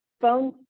phone